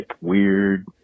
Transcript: weird